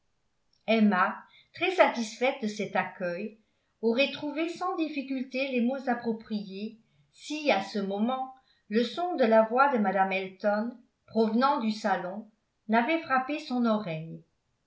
emma très satisfaite de cet accueil aurait trouvé sans difficulté les mots appropriés si à ce moment le son de la voix de mme elton provenant du salon n'avait frappé son oreille